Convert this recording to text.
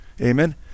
Amen